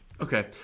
Okay